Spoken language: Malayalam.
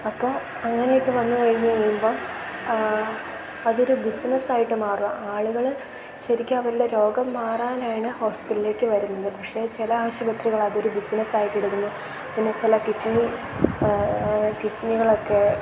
അപ്പം അങ്ങനെയൊക്കെ വന്നുകഴിഞ്ഞ് കഴിയുമ്പം അതൊരു ബിസിനസ്സായിട്ട് മാറുകയാണ് ആളുകള് ശരിക്കും അവരുടെ രോഗം മാറാനാണ് ഹോസ്പിറ്റലിലേക്ക് വരുന്നത് പക്ഷേ ചില ആശുപത്രികളതൊരു ബിസിനസ്സായിട്ടെടുക്കുന്നു പിന്നെ ചില കിഡ്നി കിഡ്നികളൊക്കെ